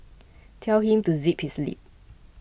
tell him to zip his lip